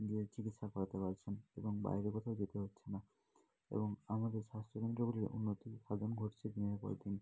গিয়ে চিকিৎসা করাতে পারছেন এবং বাইরে কোথাও যেতে হচ্ছে না এবং আমাদের স্বাস্থ্যকেন্দ্রগুলিরও উন্নতি সাধন ঘটছে দিনের পর দিন